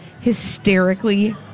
hysterically